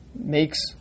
makes